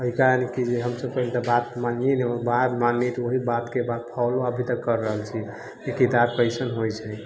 अय कारण की जे हमसब कनिटा बात मानियै नहि ओ बात मानलियै तऽ वही बात फॉलो के अभी तक कऽ रहल छी की किताब कैसन होइ छै